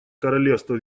королевства